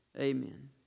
Amen